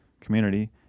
community